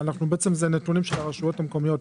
זה נתונים של הרשויות המקומיות,